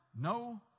no